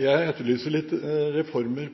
Jeg etterlyser noen reformer: